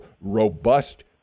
robust